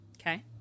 Okay